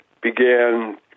began